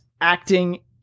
acting